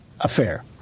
affair